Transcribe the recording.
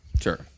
Sure